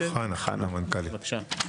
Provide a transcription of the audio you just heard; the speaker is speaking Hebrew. בבקשה.